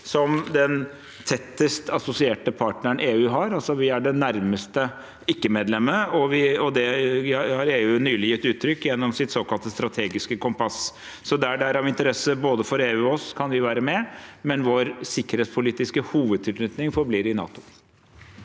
som den tettest assosierte partneren EU har. Vi er altså det nærmeste ikke-medlemmet, og det har EU nylig gitt uttrykk for gjennom sitt såkalte strategiske kompass. Så der det er av interesse for både EU og oss, kan vi være med, men vår sikkerhetspolitiske hovedtilknytning forblir i NATO.